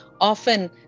often